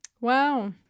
Wow